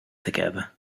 together